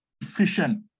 efficient